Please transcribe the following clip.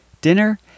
Dinner